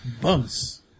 bugs